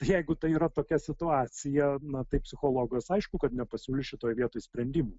jeigu tai yra tokia situacija na tai psichologas aišku kad nepasiūlys šitoj vietoj sprendimų